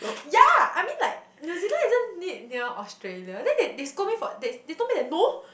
ya I mean like New-Zealand isn't it near Australia then they they scold me for this they told me that no